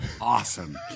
Awesome